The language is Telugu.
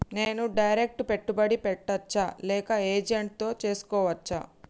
నేను డైరెక్ట్ పెట్టుబడి పెట్టచ్చా లేక ఏజెంట్ తో చేస్కోవచ్చా?